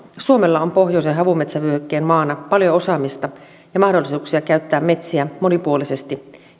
suomella on pohjoisen havumetsävyöhykkeen maana paljon osaamista ja mahdollisuuksia käyttää metsiä monipuolisesti